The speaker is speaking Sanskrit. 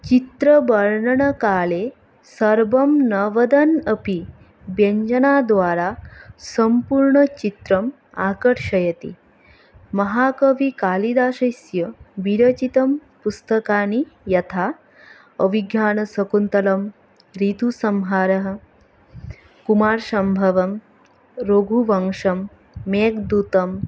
चित्रवर्णनकाले सर्वं न वदन् अपि व्यञ्जनाद्वारा सम्पूर्णचित्रम् आकर्षयति महाकविकालिदासस्य विरचितानि पुस्तकानि यथा अभिज्ञानसकुन्तलम् ॠतुसंहारः कुमारसंभवम् रघुवंशम् मेघदूतम्